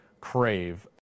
crave